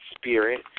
spirit